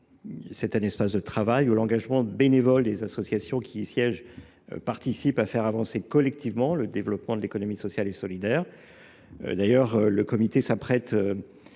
est un espace de travail qui, par l’engagement bénévole des associations qui y siègent, participe à faire avancer collectivement le développement de l’économie sociale et solidaire. Il s’apprête